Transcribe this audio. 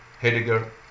Heidegger